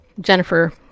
Jennifer